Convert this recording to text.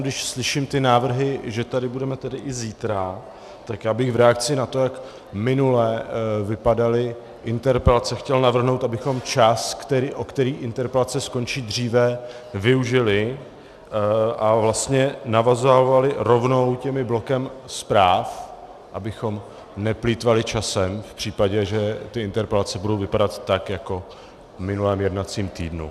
Já jenom když slyším ty návrhy, že tady budeme tedy i zítra, tak bych v reakci na to, jak minule vypadaly interpelace, chtěl navrhnout, abychom čas, o který interpelace skončí dříve, využili a vlastně navazovali tím blokem zpráv, abychom neplýtvali časem v případě, že ty interpelace budou vypadat tak jako v minulém jednacím týdnu.